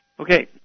Okay